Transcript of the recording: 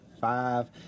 five